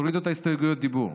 תורידו את הסתייגויות הדיבור.